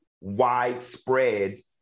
widespread